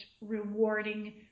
rewarding